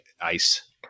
ice